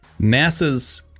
NASA's